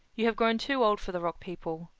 you have grown too old for the rock people.